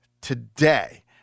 today